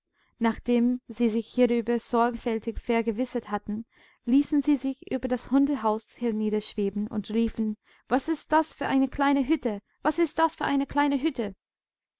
nachdem sie sich hierüber sorgfältig vergewissert hatten ließen sie sich über das hundehaus herniederschweben und riefen was ist das für eine kleine hütte was ist das für eine kleine hütte